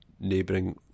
neighbouring